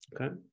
Okay